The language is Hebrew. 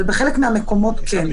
אבל בחלק מהמקומות כן.